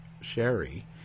Sherry